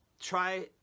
try